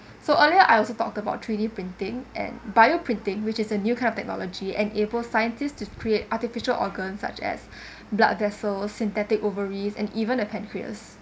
so earlier I also talk about three D printing and bio printing which is a new kind of technology enables scientists to create artificial organs such as blood vessels synthetic ovaries and even the pancreas